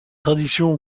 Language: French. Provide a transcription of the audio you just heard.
tradition